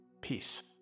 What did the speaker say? peace